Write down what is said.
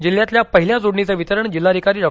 जिल्ह्यातल्या पहिल्या जोडणीचं वितरण जिल्हाधिकारी डॉ